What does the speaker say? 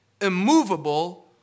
immovable